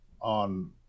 on